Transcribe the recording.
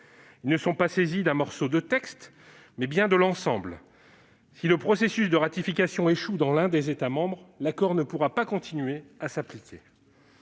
Ils ne sont pas saisis d'un morceau de texte, mais bien de l'ensemble. Si le processus de ratification échoue dans l'un des États membres, l'accord ne pourra pas continuer à s'appliquer.